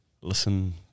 listen